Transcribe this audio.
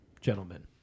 gentlemen